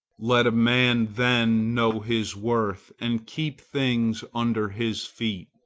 let a man then know his worth, and keep things under his feet.